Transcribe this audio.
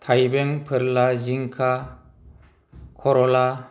थायबें फोरला जिंखा खरला